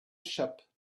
shop